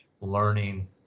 learning